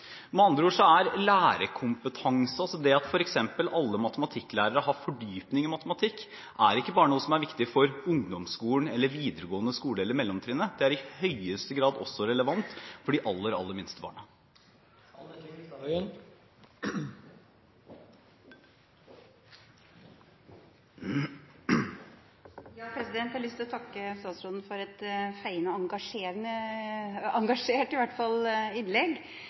Med andre ord er lærerkompetanse, det at f.eks. alle matematikklærere har fordypning i matematikk, ikke bare noe som er viktig for ungdomsskolen, videregående skole eller mellomtrinnet. Det er i høyeste grad også relevant for de aller, aller minste barna. Jeg har lyst til å takke statsråden for et feiende, engasjert innlegg. Statsråden nevnte tre ting som er viktig for å ruste Norge til å møte utfordringene, det var innovasjon, arbeidskraft og